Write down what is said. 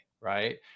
right